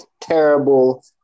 terrible